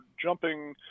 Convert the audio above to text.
jumping